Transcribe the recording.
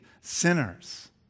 sinners